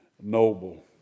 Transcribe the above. Noble